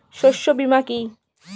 শস্য বীমা কি?